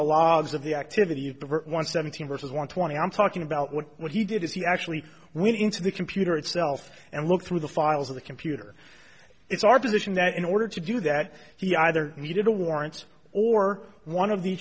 the logs of the activity of the one seventeen versus want twenty i'm talking about what he did is he actually went into the computer itself and looked through the files of the computer it's our position that in order to do that he either needed a warrant or one of the